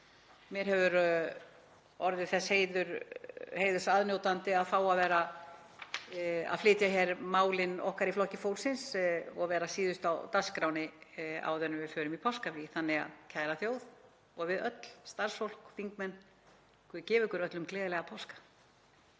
Ég hef orðið þess heiðurs aðnjótandi að fá að flytja málin okkar í Flokki fólksins og vera síðust á dagskránni áður en við förum í páskafrí. Kæra þjóð og við öll, starfsfólk, þingmenn: Guð gefi ykkur öllum gleðilega páska.